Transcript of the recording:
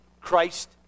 Christ